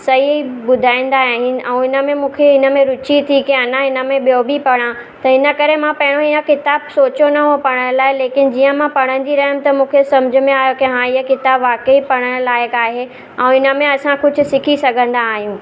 सही ॿुधाईंदा आहिनि ऐं हिन में मूंखे हिन में रुची थी की अञा हिनमें ॿियों बि पढ़ा त हिन करे मां पहिरियों हीअ किताब सोचियो न हुओ पढ़ण लाइ लेकिन जीअं मां पढ़ंदी रहियमि त मूंखे सम्झ में आहियो की इहा किताबु वाक़ई पढ़ण लाइक़ु आहे ऐं हिनमें असां कुझु सिखी सघंदा आहियूं